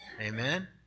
amen